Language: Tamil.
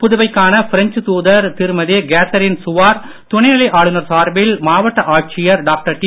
புதுவைக்கான பிரெஞ்ச் தூதர் திருமதி கேத்தரின் சுவார் துணைநிலை ஆளுநர் சார்பில் மாவட்ட ஆட்சியர் டாக்டர் டி